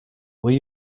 were